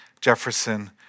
Jefferson